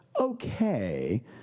okay